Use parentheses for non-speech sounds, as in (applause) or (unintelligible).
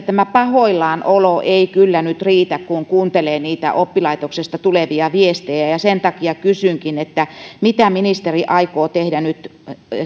(unintelligible) tämä pahoillaanolo ei kyllä nyt riitä kun kuuntelee oppilaitoksista tulevia viestejä sen takia kysynkin mitä ministeri aikoo nyt